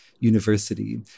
University